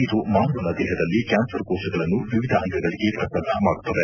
ಇದು ಮಾನವನ ದೇಹದಲ್ಲಿ ಕ್ಯಾನ್ಸರ್ ಕೋಶಗಳನ್ನು ವಿವಿಧ ಅಂಗಗಳಿಗೆ ಪ್ರಸರಣ ಮಾಡುತ್ತದೆ